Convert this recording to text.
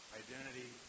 identity